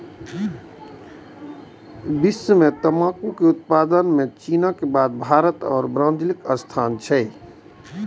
वैश्विक तंबाकू उत्पादन मे चीनक बाद भारत आ ब्राजीलक स्थान छै